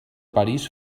parís